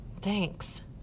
Thanks